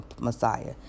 Messiah